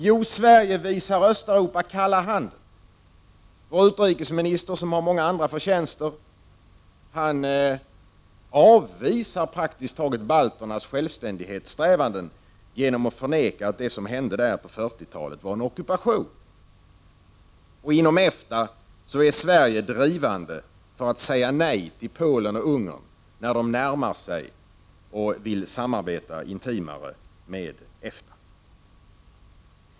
Jo, Sverige visar Östeuropa kalla handen. Vår utrikesminister, som har många förtjänster, avvisar praktiskt taget balternas självständighetssträvanden genom att förneka att det som hände där på 40-talet var en ockupation. Inom EFTA är Sverige drivande för att säga nej till Polen och Ungern när de närmar sig och vill samarbeta intimare med EFTA.